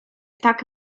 tak